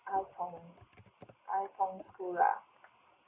ai tong ai tong school lah